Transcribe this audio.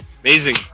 Amazing